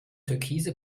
türkise